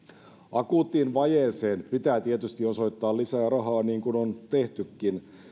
akuuttiin vajeeseen pitää tietysti osoittaa lisää rahaa niin kuin on tehtykin